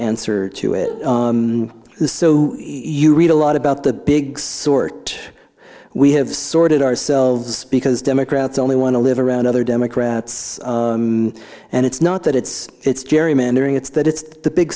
swer to it is so you read a lot about the big sort we have sorted ourselves because democrats only want to live around other democrats and it's not that it's it's gerrymandering it's that it's the big